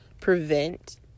prevent